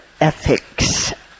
Ethics